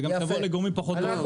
זה גם שבוע לגורמים פחות טובים.